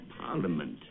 Parliament